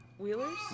Wheelers